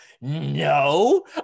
no